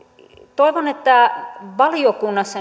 toivon että valiokunnassa